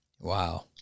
Wow